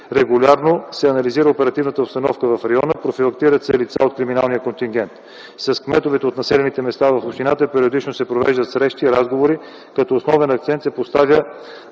Регулярно се анализира оперативната обстановка в района, профилактират се лица от криминалния контингент. С кметовете от населените места в общината периодично се провеждат срещи и разговори, като основен акцент се поставя